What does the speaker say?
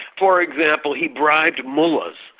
for example, he bribed mullahs,